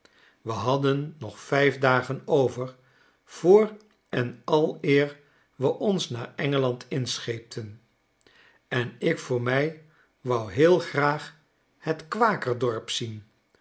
we hadden nog vijf dagen over voor en aleer we ons naar engeland inscheepten en ik voor mij wou heel graag het kwakerdorp zien